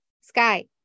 sky